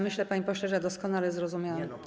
Myślę, panie pośle, że doskonale zrozumiałam.